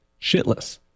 shitless